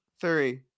three